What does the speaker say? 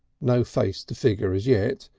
no face to figure as yet.